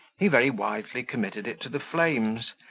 he very wisely committed it to the flames,